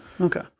Okay